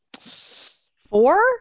Four